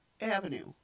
Avenue